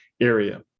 area